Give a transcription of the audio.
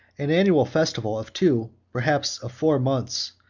an annual festival of two, perhaps of four, months,